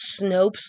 Snopes